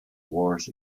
wars